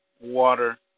water